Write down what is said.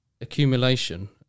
accumulation